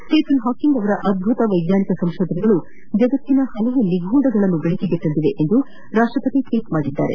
ಸ್ವೀಫನ್ Hawking ಅವರ ಅದ್ಬುತ ವೈಜ್ಞಾನಿಕ ಸಂಶೋಧನೆಗಳು ಜಗತ್ತಿನ ಹಲವಾರು ನಿಗೂಢತೆಗಳನ್ನು ಬೆಳಕಿಗೆ ತಂದಿವೆ ಎಂದು ರಾಷ್ಟಪತಿ ಟ್ವೀಟ್ ಮಾಡಿದ್ದಾರೆ